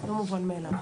זה לא מובן מאליו.